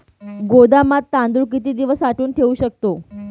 गोदामात तांदूळ किती दिवस साठवून ठेवू शकतो?